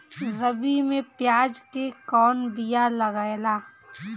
रबी में प्याज के कौन बीया लागेला?